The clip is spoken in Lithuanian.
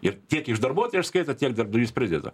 ir tiek iš darbuotojų įskaitant tiek darbdavys prideda